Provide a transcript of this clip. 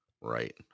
Right